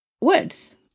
words